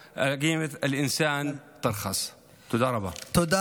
מלבד ערך האדם, אשר פוחת.) תודה רבה.